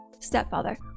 Stepfather